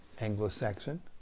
Anglo-Saxon